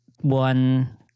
one